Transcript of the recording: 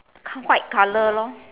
white color lor